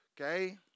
Okay